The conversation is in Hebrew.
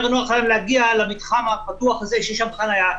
יותר נוח להם להגיע למתחם הפתוח הזה, שיש שם חניה,